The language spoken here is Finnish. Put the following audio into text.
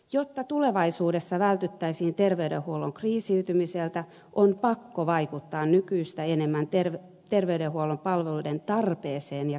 jotta tulevaisuudessa vältyttäisiin terveydenhuollon kriisiytymiseltä on pakko vaikuttaa nykyistä enemmän terveydenhuollon palveluiden tarpeeseen ja kysyntään